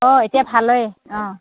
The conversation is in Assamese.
অঁ এতিয়া ভাল হয় অঁ